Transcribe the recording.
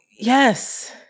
yes